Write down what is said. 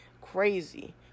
Crazy